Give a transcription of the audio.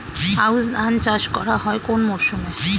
আউশ ধান চাষ করা হয় কোন মরশুমে?